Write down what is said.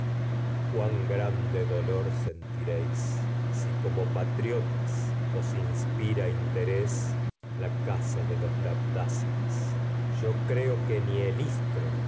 cuán grande dolor sentiréis si como casa triotas os inspira interés la de los labdácidas yo creo que ni el istro